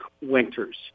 Winters